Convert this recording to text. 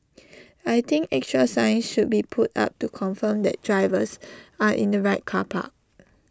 I think extra signs should be put up to confirm that drivers are in the right car park